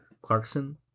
Clarkson